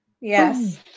yes